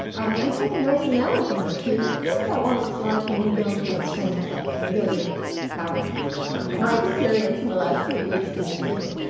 um i think a nice analogy might be think about what it's like when you go to a strange place and you go to paris for the first time, my experience in the last three weeks being in sydney.